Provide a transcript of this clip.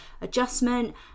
adjustment